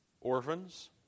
orphans